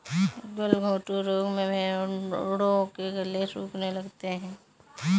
गलघोंटू रोग में भेंड़ों के गले सूखने लगते हैं